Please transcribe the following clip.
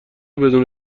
بدون